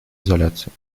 изоляции